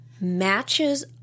matches